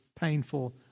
painful